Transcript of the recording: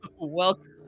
welcome